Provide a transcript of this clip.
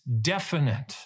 definite